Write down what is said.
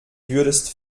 würdest